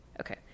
Okay